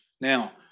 Now